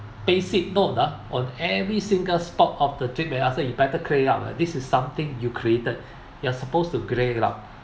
basic note ah on every single stop of the trip I ask her you better clear it up ah this is something you created you're supposed to clear it up